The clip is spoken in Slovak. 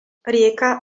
rieka